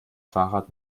fahrrad